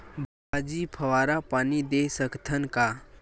भाजी फवारा पानी दे सकथन का?